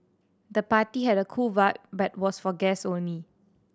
the party had a cool vibe but was for guests only